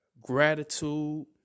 gratitude